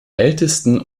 ältesten